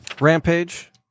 Rampage